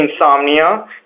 insomnia